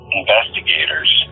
investigators